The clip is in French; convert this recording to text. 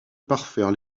parfaire